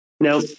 Now